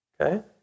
Okay